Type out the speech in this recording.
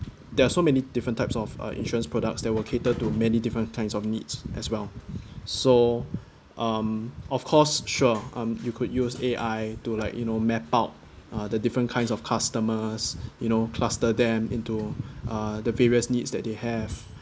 there are so many different types of uh insurance products that will cater to many different kinds of needs as well so um of course sure um you could use A_I to like you know map out the different kinds of customers you know cluster them into uh the various needs that they have